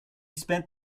spent